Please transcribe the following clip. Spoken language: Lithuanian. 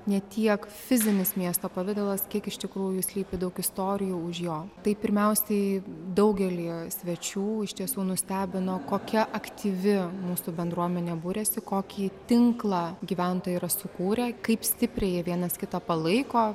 ne tiek fizinis miesto pavidalas kiek iš tikrųjų slypi daug istorijų už jo tai pirmiausiai daugelyje svečių iš tiesų nustebino kokia aktyvi mūsų bendruomenė būrėsi kokį tinklą gyventojai yra sukūrę kaip stipriai vienas kitą palaiko